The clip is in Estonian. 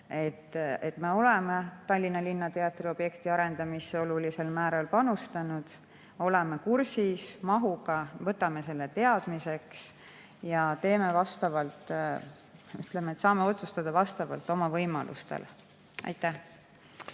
Me oleme Tallinna Linnateatri objekti arendamisse olulisel määral panustanud, oleme kursis mahuga, võtame selle teadmiseks ja saame otsustada vastavalt oma võimalustele. Aitäh!